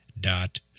dot